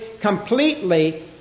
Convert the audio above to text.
completely